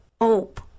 Hope